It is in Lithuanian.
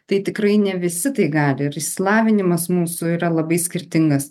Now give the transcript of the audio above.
tai tikrai ne visi tai gali ir išsilavinimas mūsų yra labai skirtingas